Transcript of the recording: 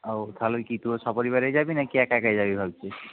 ও তাহলে কী তোরা সপরিবারেই যাবি নাকি একা একা যাবি ভাবছিস